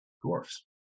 dwarfs